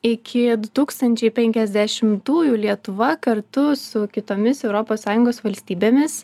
iki du tūkstančiai penkiasdešimtųjų lietuva kartu su kitomis europos sąjungos valstybėmis